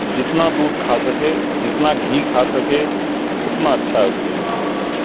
جتنا دودھ کھا سکے جتنا گھی کھا سکے اتنا اچھا ہے اس کے لیے